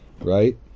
right